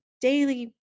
daily